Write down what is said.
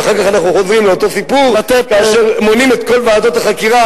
ואחר כך אנחנו חוזרים לאותו סיפור כאשר מונים את כל ועדות החקירה,